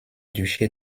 duché